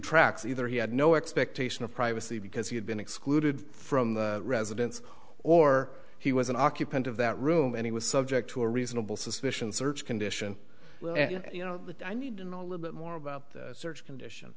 tracks either he had no expectation of privacy because he had been excluded from the residence or he was an occupant of that room and he was subject to a reasonable suspicion search condition you know i need to know a little bit more about the search condition